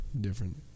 different